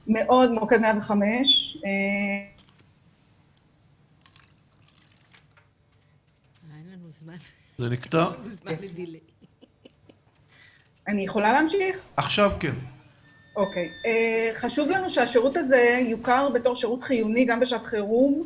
105. חשוב לנו שהשירות הזה יוכר כשירות חיוני גם בשעת חירום,